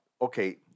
Okay